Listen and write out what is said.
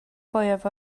fwyaf